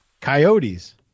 Coyotes